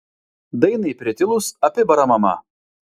dainai pritilus apibara mama